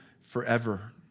forever